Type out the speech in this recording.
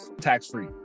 tax-free